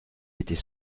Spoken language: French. était